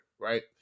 right